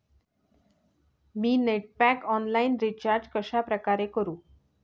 मी net pack online recharge कशाप्रकारे करु?